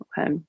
okay